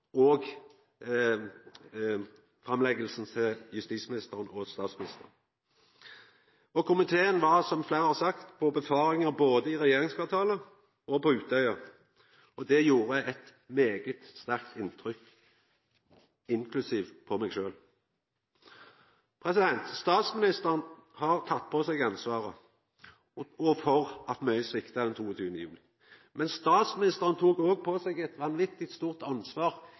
og framlegginga til justisministeren og statsministeren. Komiteen har, som fleire har sagt, vore på synfaring både i regjeringskvartalet og på Utøya. Det gjorde eit veldig sterkt inntrykk – inklusiv meg sjølv. Statsministeren har tatt på seg ansvaret for at mykje svikta den 22. juli 2011. Men statsministeren tok også på seg eit vanvitig stort ansvar